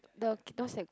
the those that